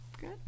Good